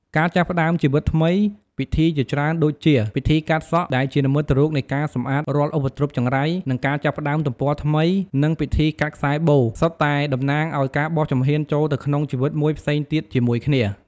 ការចាប់ផ្តើមជីវិតថ្មី ពិធីជាច្រើនដូចជា ពិធីកាត់សក់ ដែលជានិមិត្តរូបនៃការសម្អាតរាល់ឧបទ្រពចង្រៃ និងការចាប់ផ្តើមទំព័រថ្មី និងពិធីកាត់ខ្សែបូរ សុទ្ធតែតំណាងឱ្យការបោះជំហានចូលទៅក្នុងជីវិតមួយផ្សេងទៀតជាមួយគ្នា។